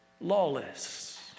lawless